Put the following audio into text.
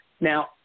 Now